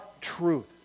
truth